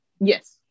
Yes